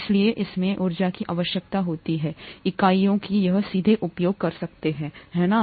इसलिए इसमें ऊर्जा की आवश्यकता होती है इकाइयों कि यह सीधे उपयोग कर सकते हैं है ना